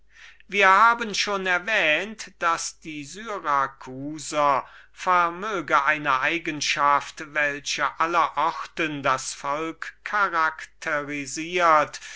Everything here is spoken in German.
wir haben schon bemerkt daß die syracusaner vermöge einer eigenschaft welche aller orten das volk charakterisiert